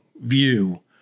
view